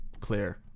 clear